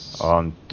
on